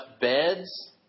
beds